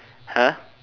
!huh!